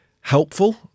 helpful